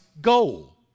goal